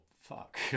fuck